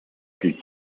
plus